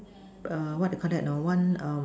err what you Call that lor one err